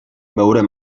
veurem